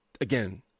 Again